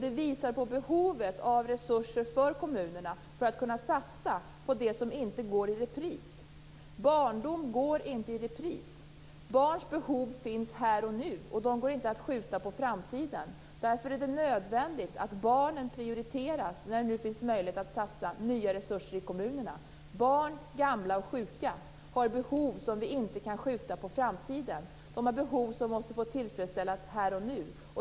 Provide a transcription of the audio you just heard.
De visar på behovet av resurser för kommunerna, så att de kan satsa på det som inte går i repris. Barndom går inte i repris. Barns behov finns här och nu, och de går inte att skjuta på framtiden. Därför är det nödvändigt att barnen prioriteras när det nu finns möjlighet att satsa nya resurser i kommunerna. Barn, gamla och sjuka har behov som vi inte kan skjuta på framtiden. De har behov som måste få tillfredsställas här och nu.